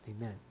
Amen